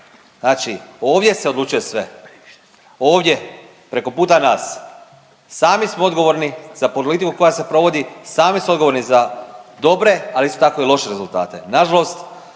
Znači ovdje se odlučuje sve, ovdje preko puta nas. Sami smo odgovorni za politiku koja se provodi, sami smo odgovorni za dobre ali isto tako i loše rezultate. Nažalost